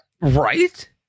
Right